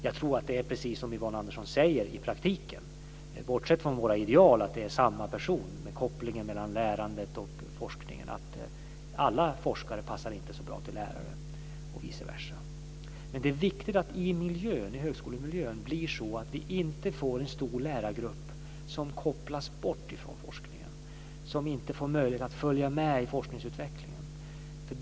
Jag tror att det i praktiken är precis så som Yvonne Andersson säger, bortsett från våra ideal, att det är samma person med kopplingen mellan lärandet och forskningen, att alla forskare passar inte så bra till lärare och vice versa. Det är viktigt att det i högskolemiljön blir så att vi inte får en stor lärargrupp som kopplas bort från forskningen, som inte får möjlighet att följa med i forskningsutvecklingen.